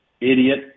idiot